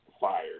fired